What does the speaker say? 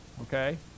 okay